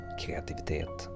kreativitet